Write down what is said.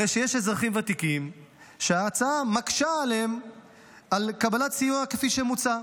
הרי שיש אזרחים ותיקים שההצעה מקשה עליהם את קבלת סיוע כפי שמוצע.